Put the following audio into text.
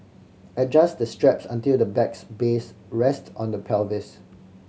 adjust the straps until the bag's base rest on the pelvis